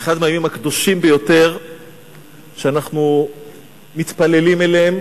אחד מהימים הקדושים ביותר שאנחנו מתפללים אליהם